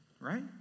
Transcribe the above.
right